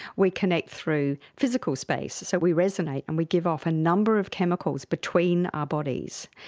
we connect through physical space, so we resonate and we give off a number of chemicals between our bodies.